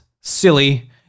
silly